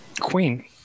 Queen